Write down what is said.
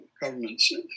governments